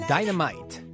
Dynamite